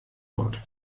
wort